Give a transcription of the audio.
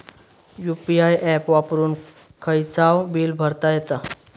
UPI app वापरून खायचाव bill भरता येता